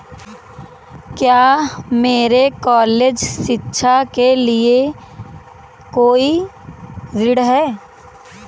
क्या मेरे कॉलेज शिक्षा के लिए कोई ऋण है?